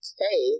hey